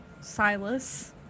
silas